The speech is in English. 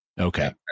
Okay